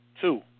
Two